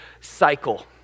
cycle